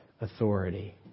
authority